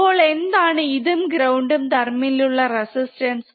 അപ്പോൾ എന്താണ് ഇതും ഗ്രൌണ്ട് തമ്മിലുള്ള റെസിസ്റ്റൻസ്